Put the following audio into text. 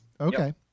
okay